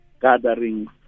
gathering